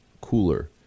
cooler